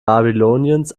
babyloniens